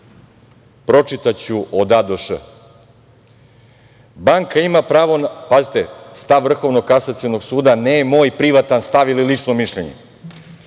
Pročitaću od a do š.Banka ima pravo, pazite, stav Vrhovnog kasacionog suda, ne moj privatan stav ili lično mišljenje,